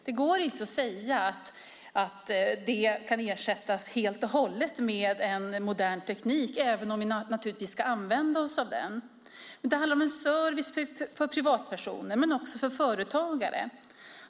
Det går inte att säga att det helt och hållet kan ersättas med modern teknik även om vi naturligtvis ska använda oss av den. Det handlar om en service för privatpersoner men också för företagare.